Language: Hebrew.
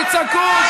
תצעקו.